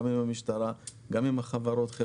גם עם המשטרה וגם עם חלק מהחברות.